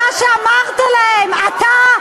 אתה, שאמרת להם, אתה?